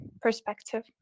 perspective